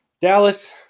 Dallas